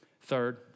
Third